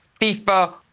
FIFA